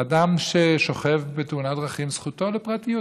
אדם ששוכב בתאונת דרכים, זכותו לפרטיות.